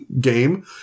game